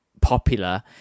popular